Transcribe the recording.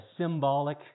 symbolic